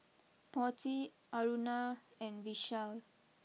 Potti Aruna and Vishal